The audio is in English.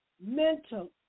mental